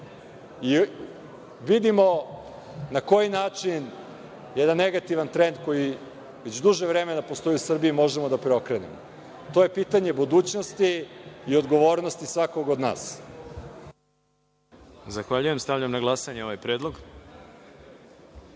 i vidimo na koji način jedan negativan trend koji već duže vremena postoji u Srbiji možemo da preokrenemo. To je pitanje budućnosti i odgovornosti svakog od nas. **Đorđe Milićević** Zahvaljujem. Stavljam na glasanje ovaj